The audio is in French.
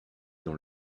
dans